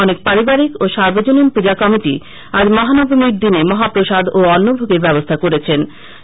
অনেক পারিবারিক ও সার্বজনীন পূজা কমিটি আজ মহানবমীর দিনে মহাপ্রসাদ অগ্নভোগের ব্যবস্থা করেছেন